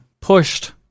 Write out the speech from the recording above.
pushed